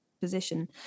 position